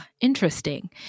Interesting